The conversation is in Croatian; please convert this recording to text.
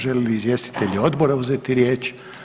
Žele li izvjestitelji odbora uzeti riječ?